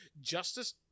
justice